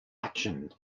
action